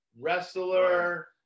wrestler